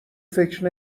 فکر